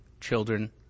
children